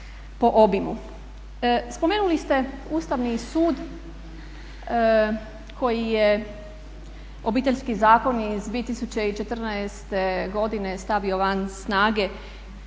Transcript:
Spomenuli ste Ustavni sud koji je Obiteljski zakon iz 2014.godine stavio van snage,